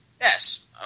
Yes